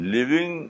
Living